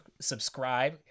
subscribe